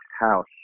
house